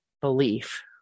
belief